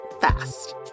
fast